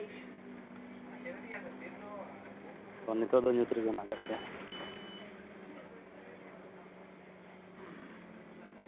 ᱚᱸᱻ ᱱᱤᱛᱳᱜ ᱫᱚ ᱧᱩᱛ ᱨᱮᱜᱮ ᱢᱮᱱᱟᱜ ᱠᱟᱜ ᱯᱮᱭᱟ